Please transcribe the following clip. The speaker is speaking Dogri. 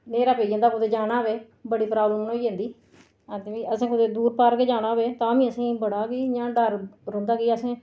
न्हेरा पेई जंदा कुतै जाना होऐ बड़ी प्राब्लम होई जंदी असें कुतै दूर पार गै जाना होऐ तां बी असेंगी बड़ा तां बी इ'यां डर रौंह्दा कि असें